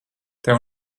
tev